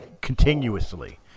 continuously